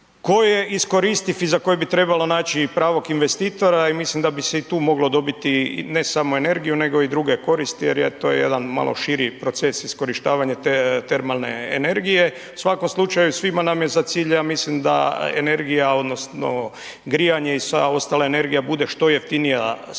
koji je iskoristiv i za kojeg bi trebalo naći pravog investitora i mislim da bi se i tu moglo dobiti ne samo energiju, nego i druge koristi jer je, to je jedan malo širi proces iskorištavanja te termalne energije, u svakom slučaju svima nam je za cilj, ja mislim da energija odnosno grijanje i sva ostala energija bude što jeftinija svim